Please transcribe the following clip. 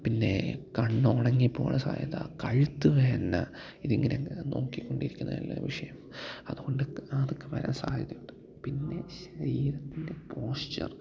പിന്നെ കണ്ണുണങ്ങിപ്പോകാനുള്ള സാധ്യത കഴുത്ത് വേദന ഇതിങ്ങനെ നോക്കിക്കൊണ്ടിരിക്കുന്നല്ല വിഷയം അതുകൊണ്ട് അതൊക്കെ വരാൻ സാധ്യതയുണ്ട് പിന്നെ ശരീരത്തിൻ്റെ പോസ്ചർ